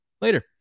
later